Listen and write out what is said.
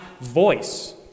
voice